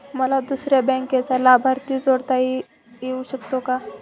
मला दुसऱ्या बँकेचा लाभार्थी जोडता येऊ शकतो का?